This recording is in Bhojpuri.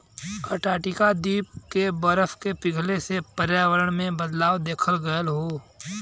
अंटार्टिका के बरफ के पिघले से पर्यावरण में बदलाव देखल गयल हौ